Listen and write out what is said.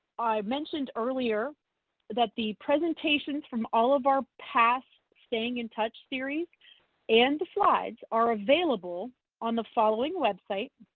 i mentioned earlier that the presentations from all of our past staying in touch series and the slides are available on the following website,